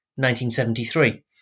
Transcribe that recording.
1973